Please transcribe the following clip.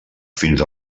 fins